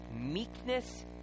meekness